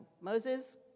Moses